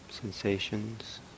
sensations